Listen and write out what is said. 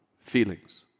feelings